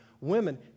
Women